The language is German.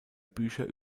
bücher